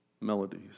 melodies